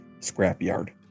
scrapyard